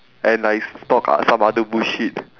and I s~ talk o~ some other bullshit